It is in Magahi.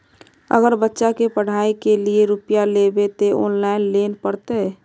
अगर बच्चा के पढ़ाई के लिये रुपया लेबे ते ऑनलाइन लेल पड़ते?